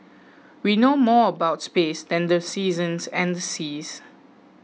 we know more about space than the seasons and the seas